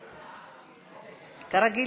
כרגיל.